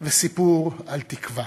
וסיפור על תקווה.